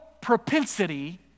propensity